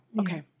okay